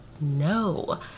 No